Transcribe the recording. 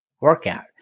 workout